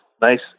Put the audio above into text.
nice